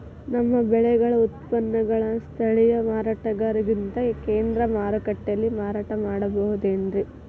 ನಮ್ಮ ಬೆಳೆಗಳ ಉತ್ಪನ್ನಗಳನ್ನ ಸ್ಥಳೇಯ ಮಾರಾಟಗಾರರಿಗಿಂತ ಕೇಂದ್ರ ಮಾರುಕಟ್ಟೆಯಲ್ಲಿ ಮಾರಾಟ ಮಾಡಬಹುದೇನ್ರಿ?